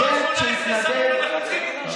סטודנט שיתנדב,